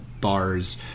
bars